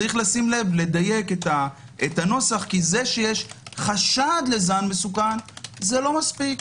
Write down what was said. יש לדייק את הנוסח כי זה שיש חשד לזן מסוכן זה לא מספיק.